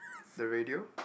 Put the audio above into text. the radio